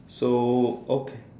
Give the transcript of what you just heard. so okay